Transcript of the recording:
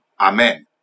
Amen